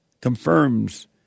confirms